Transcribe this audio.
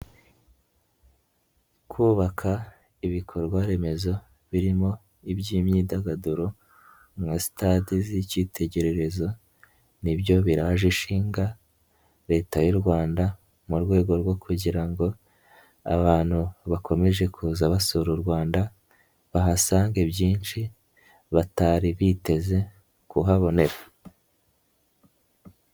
Kubaka ibikorwaremezo birimo iby'imyidagaduro nka sitade z'ikitegererezo ni byo biraje ishinga Leta y'u Rwanda mu rwego rwo kugira ngo abantu bakomeze kuza basura u Rwanda bahasange byinshi batari biteze kuhabonera.